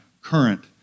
current